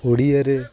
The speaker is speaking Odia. ଓଡ଼ିଆରେ